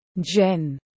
Jen